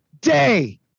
day